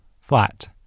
flat